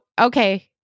okay